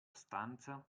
stanza